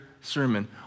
sermon